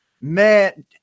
Man